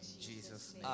Jesus